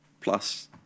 Plus